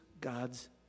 God's